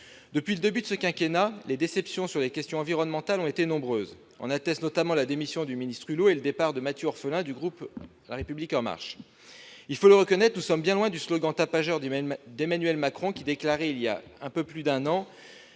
Depuis le début de ce quinquennat, les déceptions sur les questions environnementales ont été nombreuses. En attestent notamment la démission du ministre Hulot et le départ de Matthieu Orphelin du groupe LREM. Il faut le reconnaître, nous sommes bien loin du slogan tapageur d'Emmanuel Macron, qui déclarait voilà un peu plus d'un an